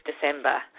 December